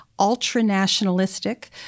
ultra-nationalistic